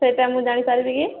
ସେଇଥି ପାଇଁ ମୁଁ ଜାଣିପାରିବି କି